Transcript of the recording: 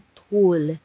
tool